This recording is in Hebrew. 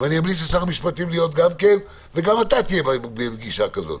ואני אמליץ לשר המשפטים להיות גם כן וגם אתה תהיה בפגישה כזאת,